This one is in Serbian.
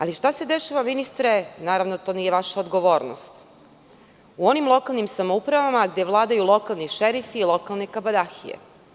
Ali, šta se dešava, ministre, naravno to nije vaša odgovornost, u onim lokalnim samoupravama gde vladaju lokalni šerifi i lokalne kabadahije?